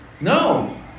No